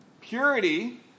Purity